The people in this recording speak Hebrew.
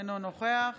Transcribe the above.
אינו נוכח